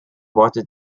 wurde